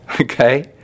okay